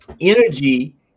energy